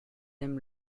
aiment